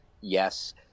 yes